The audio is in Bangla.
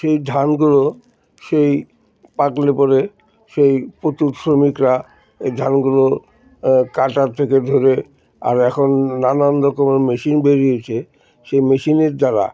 সেই ধানগুলো সেই পাকলে পরে সেই প্রচুর শ্রমিকরা এই ধানগুলো কাটার থেকে ধরে আর এখন নানান রকমের মেশিন বেরিয়েছে সেই মেশিনের দ্বারা